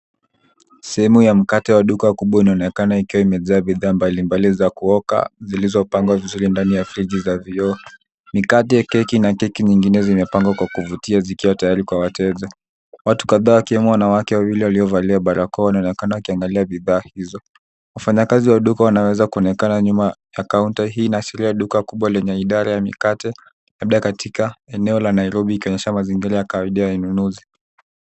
Sehemu ya mkate wa duka kubwa inaonekana ikiwa imejaa bidhaa mbalimbali za kuoka zilizopangwa vizuri ndani ya friji za vioo. Mikate, keki na keki nyingine zimepangwa kwa kuvutia zikiwa tayari kwa wateja. Watu kadhaa wakiwemo wanawake wawili waliovalia barakoa wanaonekana wakiangalia bidhaa hizo. Wafanyakazi wa duka wanaweza kuonekana nyuma ya kaunta. Hii inaashiria duka kubwa lenye idara ya mikate labda katika eneo la Nairobi ikionyesha mazingira ya kawaida ya ununuzi.